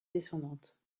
descendante